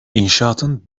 i̇nşaatın